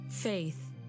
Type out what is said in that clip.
faith